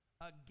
Again